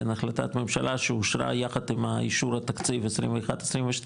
החלטת ממשלה שאושרה יחד עם אישור התקציב 21-22,